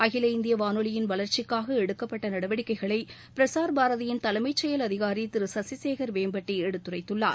அகில இந்திய வானொலியின் வளர்ச்சிக்காக எடுக்கப்பட்ட நடவடிக்கைகளை பிரஸார் பாரதியின் தலைமை நிர்வாக அதிகாரி திரு சசிசேகர் வேம்பட்டி எடுத்துரைத்துள்ளார்